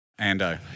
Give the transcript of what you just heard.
Ando